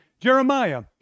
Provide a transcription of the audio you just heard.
Jeremiah